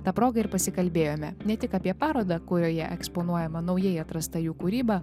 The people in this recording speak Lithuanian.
ta proga ir pasikalbėjome ne tik apie parodą kurioje eksponuojama naujai atrasta jų kūryba